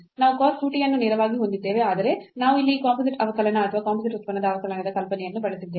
ನಾವು cos 2 t ಅನ್ನು ನೇರವಾಗಿ ಹೊಂದಿದ್ದೇವೆ ಆದರೆ ನಾವು ಇಲ್ಲಿ ಈ ಕಂಪೋಸಿಟ್ ಅವಕಲನ ಅಥವಾ ಕಂಪೋಸಿಟ್ ಉತ್ಪನ್ನದ ಅವಕಲನದ ಕಲ್ಪನೆಯನ್ನು ಬಳಸಿದ್ದೇವೆ